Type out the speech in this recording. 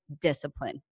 Discipline